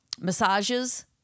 Massages